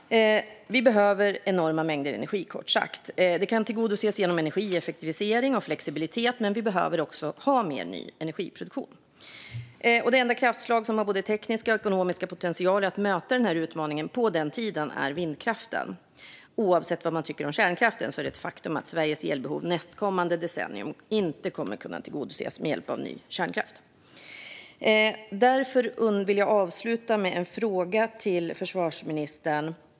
Vi behöver kort sagt enorma mängder energi. Det kan tillgodoses genom energieffektivisering och flexibilitet. Men vi behöver också ha mer ny energiproduktion. Det enda kraftslag som har både tekniska och ekonomiska potentialer att möte den utmaningen på den tiden är vindkraften. Oavsett vad man tycker om kärnkraften är det ett faktum att Sveriges elbehov nästkommande decennium inte kommer att kunna tillgodoses med hjälp av ny kärnkraft. Därför vill jag avsluta med en fråga till försvarsministern.